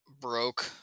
broke